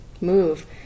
move